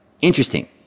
interesting